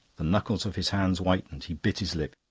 the knuckles of his hands whitened he bit his lip.